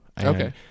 Okay